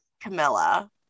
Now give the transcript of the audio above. Camilla